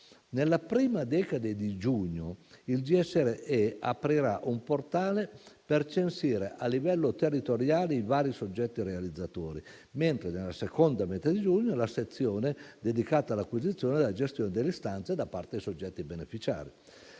Nella prima decade di giugno il GSE aprirà un portale per censire a livello territoriale i vari soggetti realizzatori, mentre, nella seconda metà di giugno, la sezione dedicata all'acquisizione della gestione delle istanze da parte dei soggetti beneficiari.